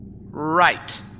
Right